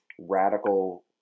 radical